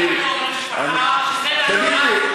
תגיד לי,